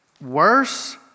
Worse